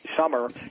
summer